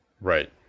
Right